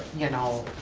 you know.